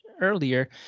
earlier